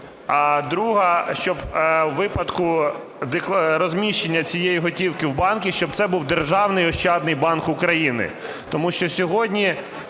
а друга, щоб у випадку розміщення цієї готівки в банку, щоб це був "Державний ощадний банк України". Тому що сьогодні